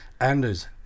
anders